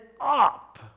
up